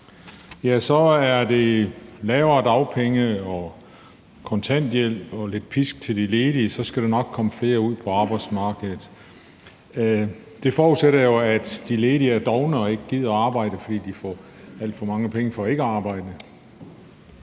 gør, så er det lavere dagpenge og kontanthjælp og lidt pisk til de ledige, og så skal der nok komme flere ud på arbejdsmarkedet. Det forudsætter jo, at de ledige er dovne og ikke gider arbejde, fordi de får alt for mange penge for ikke at arbejde.